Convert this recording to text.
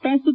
ಪ್ರಸ್ತುತ